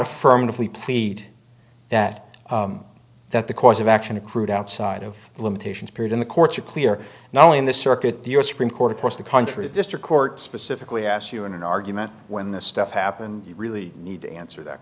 affirmatively plead that that the course of action accrued outside of the limitations period in the courts are clear not only in the circuit the u s supreme court across the country a district court specifically asked you in an argument when this stuff happened you really need to answer that